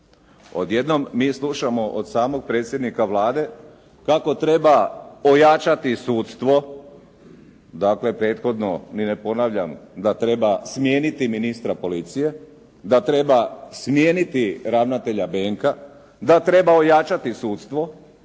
Odjednom mi slušamo od samog predsjednika Vlade kako treba pojačati sudstvo, dakle prethodno ni ne ponavljam da treba smijeniti ministra policije, da treba smijeniti ravnatelja Benka, da treba ojačati sudstvo,